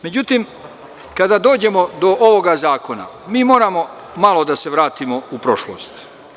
Međutim, kada dođemo do ovoga zakona, mi moramo malo da se vratimo u prošlost.